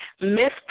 Miss